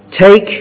Take